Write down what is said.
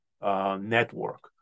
Network